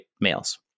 males